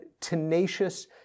tenacious